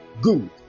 Good